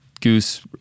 Goose